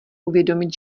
uvědomit